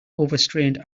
overstrained